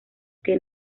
que